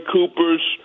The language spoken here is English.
Cooper's